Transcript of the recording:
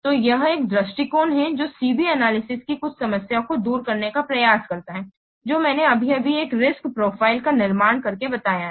तो यह एक दृष्टिकोण है जो C B एनालिसिस की कुछ समस्याओं को दूर करने का प्रयास करता है जो मैंने अभी अभी एक रिस्क प्रोफाइल का निर्माण करके बताया है